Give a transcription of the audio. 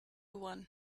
one